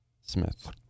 Smith